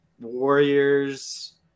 warriors